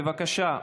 בבקשה,